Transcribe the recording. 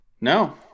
No